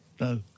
No